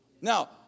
Now